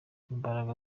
imbaraga